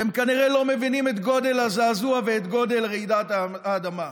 אתם כנראה לא מבינים את גודל הזעזוע ואת גודל רעידת האדמה.